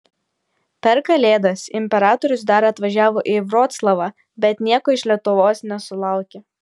per kalėdas imperatorius dar atvažiavo į vroclavą bet nieko iš lietuvos nesulaukė